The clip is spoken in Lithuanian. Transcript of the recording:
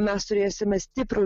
mes turėsime stiprų